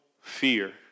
fear